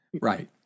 Right